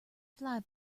fly